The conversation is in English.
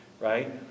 right